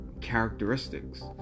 characteristics